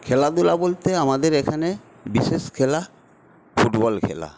খেলাধুলা বলতে আমাদের এখানে বিশেষ খেলা ফুটবল খেলা